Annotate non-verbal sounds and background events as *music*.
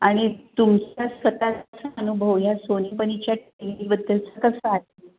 आणि तुमचा स्वतःचा अनुभव या सोनीपनीच्या *unintelligible* बद्दलचा कसा *unintelligible*